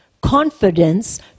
Confidence